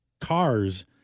cars